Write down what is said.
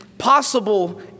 possible